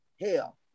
hell